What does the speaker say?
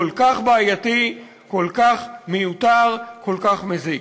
כל כך בעייתי, כל כך מיותר, כל כך מזיק.